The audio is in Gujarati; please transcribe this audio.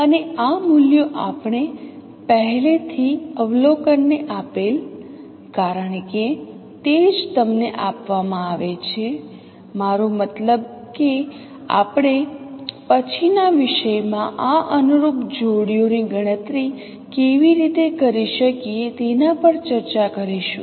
અને આ મૂલ્યો આપણે પહેલેથી અવલોકનને આપેલ કારણ કે તે જ તમને આપવામાં આવે છે મારો મતલબ કે આપણે પછીના વિષયમાં આ અનુરૂપ જોડીઓની ગણતરી કેવી રીતે કરી શકીએ તેના પર ચર્ચા કરીશું